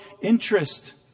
interest